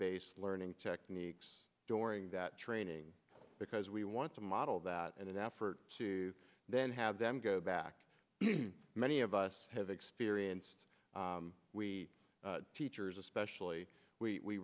based learning techniques during that training because we want to model that in an effort to then have them go back many of us have experienced we teachers especially we